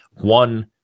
one